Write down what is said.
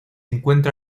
encuentra